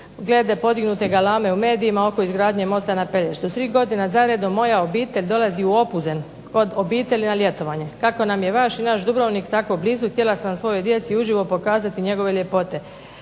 glede podignute galame u medijima oko izgradnje mosta na Pelješcu, 3 godine zaredom moja obitelj dolazi u Opuzen kod obitelji na ljetovanje, kako nam je vaš i naš Dubrovnik tako blizu i htjela sam svojoj djeci uživo pokazati njegove ljepote,